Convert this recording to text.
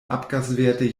abgaswerte